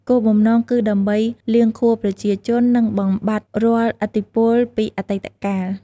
គោលបំណងគឺដើម្បីលាងខួរប្រជាជន និងបំបាត់រាល់ឥទ្ធិពលពីអតីតកាល។